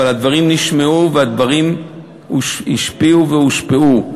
אבל הדברים נשמעו, והדברים השפיעו והושפעו.